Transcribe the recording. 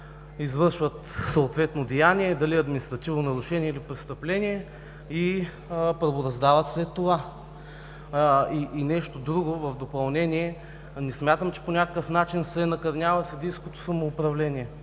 извършват съответно деяние – дали е административно нарушение или престъпление, и правораздават след това. И нещо друго в допълнение – не смятам, че по някакъв начин се накърнява съдийското самоуправление.